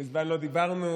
מזמן לא דיברנו,